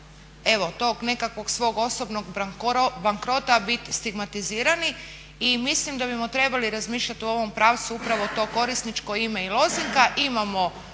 evo tog nekakvog svog osobnog bankrota biti stigmatizirani i mislim da bismo trebali razmišljati u ovom pravcu upravo to korisničko ime i lozinka.